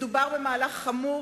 מדובר במהלך חמור,